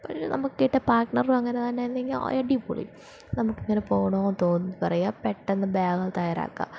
പിന്നെ നമുക്ക് കിട്ടുന്ന പാട്ട്ണറും അങ്ങനെ തന്നെയാണെങ്കിൽ അടിപൊളി നമുക്കിങ്ങനെ പോവണം തോന്നുന്നു എന്ന് പറയുക പെട്ടെന്ന് ബാഗൾ തയാറാക്കുക